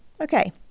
Okay